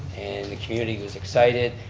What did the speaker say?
and the community was excited,